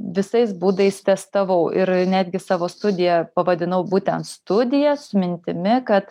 visais būdais testavau ir netgi savo studiją pavadinau būtent studija su mintimi kad